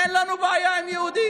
אין לנו בעיה עם יהודים,